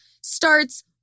starts